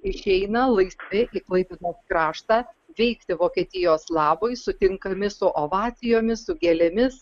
išeina laisvi į klaipėdos kraštą veikti vokietijos labui sutinkami su ovacijomis su gėlėmis